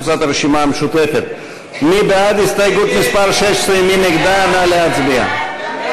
קבוצת סיעת הרשימה המשותפת וחברי הכנסת אלעזר שטרן ויעל גרמן לסעיף 1 לא